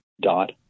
dot